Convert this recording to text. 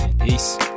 peace